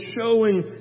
showing